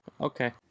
Okay